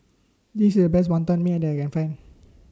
This IS The Best Wantan Mee that I Can Find